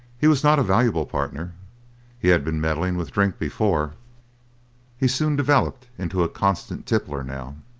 he was not a valuable partner he had been meddling with drink before he soon developed into a constant tippler now,